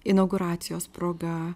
inauguracijos proga